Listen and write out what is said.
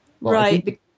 Right